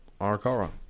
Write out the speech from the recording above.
Arakara